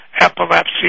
epilepsy